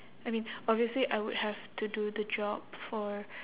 I mean obviously I would have to do the job for